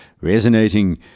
resonating